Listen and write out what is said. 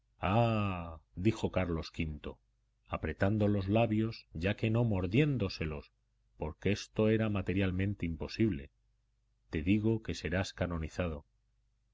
dijo carlos v apretando los labios ya que no mordiéndoselos porque esto era materialmente imposible te digo que serás canonizado